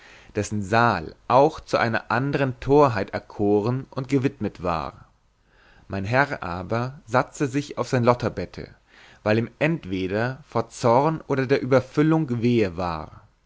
dessen saal auch zu einer andern torheit erkoren und gewidmet war mein herr aber satzte sich auf sein lotterbette weil ihm entweder vom zorn oder der überfüllung wehe war